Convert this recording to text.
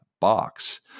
box